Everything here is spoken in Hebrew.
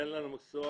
אין לנו מקצוע,